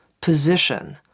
position